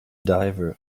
diver